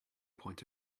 point